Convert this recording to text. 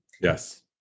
Yes